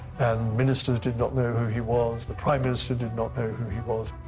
and ministers did not know who he was, the prime minister did not know who he was,